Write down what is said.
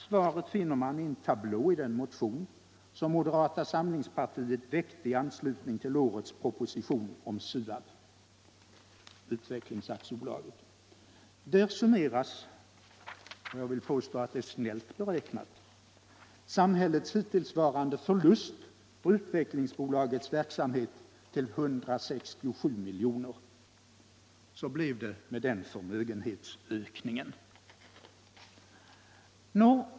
Svaret finner man i en tablå i den motion som moderata samlingspartiet väckte i anslutning till årets proposition om Svenska Utvecklingsaktiebolaget. Där summeras — och jag vill påstå att det är snällt beräknat — samhällets hittillsvarande förlust på bolagets verksamhet till 167 milj.kr. Så blev det med den förmögenhetsökningen.